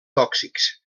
tòxics